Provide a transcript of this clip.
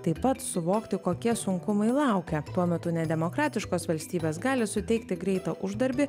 taip pat suvokti kokie sunkumai laukia tuo metu nedemokratiškos valstybės gali suteikti greitą uždarbį